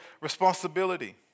responsibility